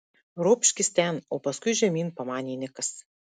ropškis ten o paskui žemyn pamanė nikas